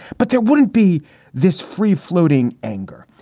but there wouldn't be this free floating anger.